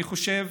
אני חושב